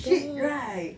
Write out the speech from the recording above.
shit right